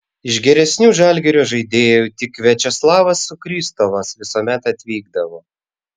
iš geresnių žalgirio žaidėjų tik viačeslavas sukristovas visuomet atvykdavo